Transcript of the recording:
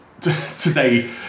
today